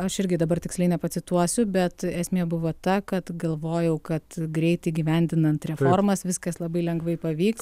aš irgi dabar tiksliai nepacituosiu bet esmė buvo ta kad galvojau kad greit įgyvendinant reformas viskas labai lengvai pavyks